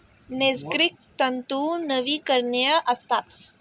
नैसर्गिक तंतू नवीकरणीय असतात